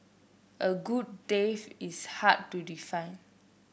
a good death is hard to define